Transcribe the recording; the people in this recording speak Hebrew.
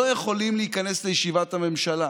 לא יכולים להיכנס לישיבת הממשלה.